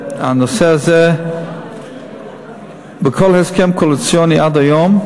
שהנושא הזה, בכל הסכם קואליציוני עד היום,